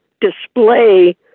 display